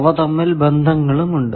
അവ തമ്മിൽ ബന്ധങ്ങളുമുണ്ട്